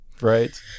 Right